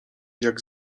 jak